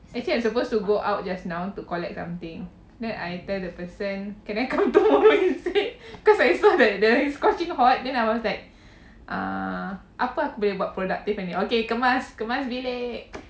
actually I'm supposed to go out just now to collect something then I tell the person can I come tomorrow instead cause like I saw the it's scorching hot then I was like ah apa aku boleh buat productive hari ni okay kemas bilik